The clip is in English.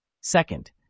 Second